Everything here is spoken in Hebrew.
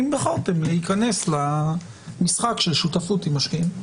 אם בחרתם לה יכנס למשחק של שותפות עם משקיעים.